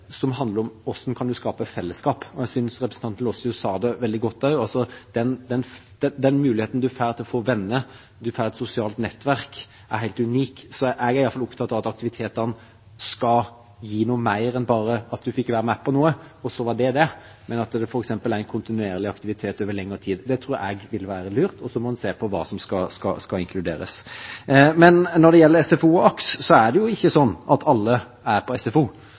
som handler om hvordan man kan skape fellesskap. Jeg synes representanten Gleditsch Lossius sa det veldig godt, at den muligheten man får til å få venner, til å få et sosialt nettverk, er helt unik. Så jeg er iallfall opptatt av at aktivitetene skal gi noe mer enn bare at man fikk være med på noe – og det var det – men at det f.eks. er en kontinuerlig aktivitet over lengre tid. Det tror jeg ville være lurt, og så må man se på hva som skal inkluderes. Når det gjelder SFO og AKS, er det ikke sånn at alle er der. Og det er store regionale forskjeller på